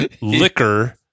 liquor